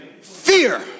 Fear